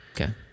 Okay